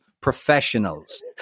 professionals